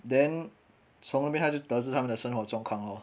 then 从那边他就得知他们的生活状况 lor